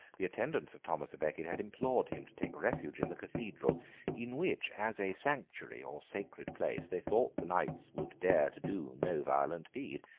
the attendants of thomas a becket had implored him to take refuge in the cathedral in which, as a sanctuary or sacred place, they thought the knights would dare to do no violent deed.